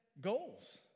goals